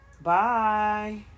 Bye